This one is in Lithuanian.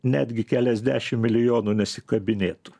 netgi keliasdešim milijonų nesikabinėtų